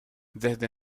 desde